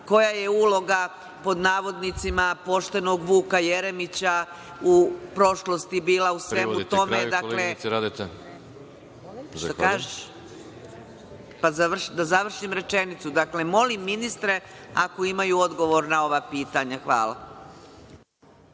koja je uloga, pod navodnicima, „poštenog“ Vuka Jeremića u prošlosti bila u svemu tome? Dakle, molim ministre, ako imaju odgovore na ova pitanja. Hvala.